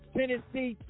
Tennessee